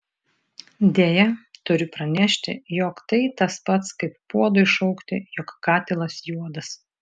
deja turiu pranešti jog tai tas pats kaip puodui šaukti jog katilas juodas